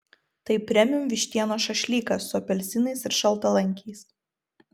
tai premium vištienos šašlykas su apelsinais ir šaltalankiais